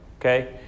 okay